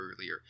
earlier